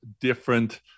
different